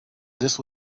this